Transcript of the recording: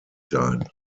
sein